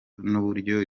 n’uburyo